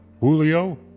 Julio